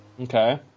Okay